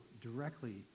directly